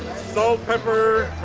salt pepper